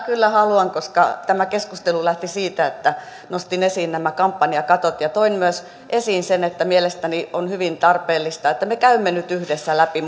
kyllä haluan koska tämä keskustelu lähti siitä että nostin esiin nämä kampanjakatot ja toin esiin myös sen että mielestäni on hyvin tarpeellista että me käymme nyt yhdessä läpi